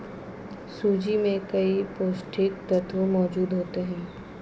सूजी में कई पौष्टिक तत्त्व मौजूद होते हैं